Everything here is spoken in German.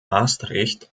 maastricht